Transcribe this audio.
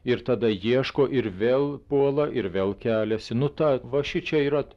ir tada ieško ir vėl puola ir vėl keliasi nu ta va šičia yra